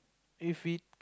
if we